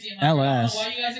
LS